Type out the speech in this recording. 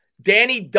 Danny